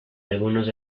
algunos